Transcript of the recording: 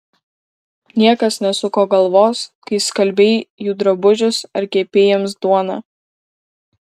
niekas nesuko galvos kai skalbei jų drabužius ar kepei jiems duoną